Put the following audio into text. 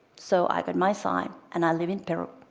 so i got my sign and i live in peru.